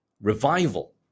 revival